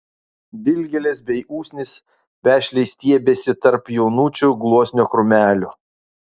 dilgėlės bei usnys vešliai stiebėsi tarp jaunučių gluosnio krūmelių